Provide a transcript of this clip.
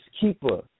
keeper